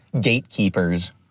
gatekeepers